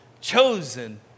chosen